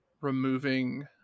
removing